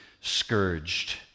scourged